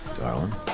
Darling